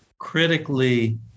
critically